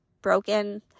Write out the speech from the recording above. Broken